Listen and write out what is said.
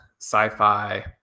sci-fi